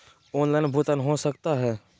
Online भुगतान हो सकता है?